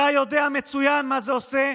אתה יודע מצוין מה זה עושה